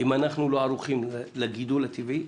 אם אנחנו לא ערוכים לגידול הטבעי,